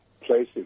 places